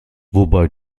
wobei